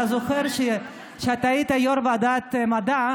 אתה זוכר שכשאתה היית יו"ר ועדת המדע,